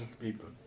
people